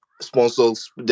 sponsors